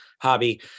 hobby